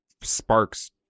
sparks